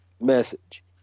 message